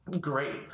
Great